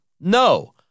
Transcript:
no